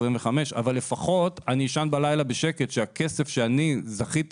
אחוזים אבל לפחות אני אשן בלילה בשקט שהכסף שאני זכיתי